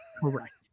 Correct